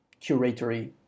curatory